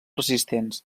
resistents